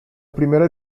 primera